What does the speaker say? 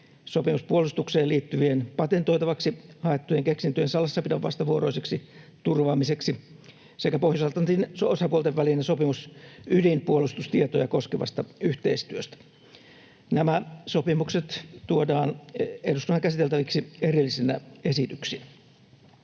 sopimus puolustukseen liittyvien, patentoitavaksi haettujen keksintöjen salassapidon vastavuoroiseksi turvaamiseksi sekä Pohjois-Atlantin osapuolten välinen sopimus ydinpuolustustietoja koskevasta yhteistyöstä. Nämä sopimukset tuodaan eduskunnan käsiteltäviksi erillisinä esityksinä.